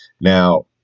Now